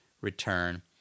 return